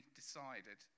decided